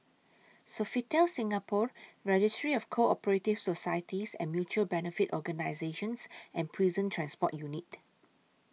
Sofitel Singapore Registry of Co Operative Societies and Mutual Benefit Organisations and Prison Transport Unit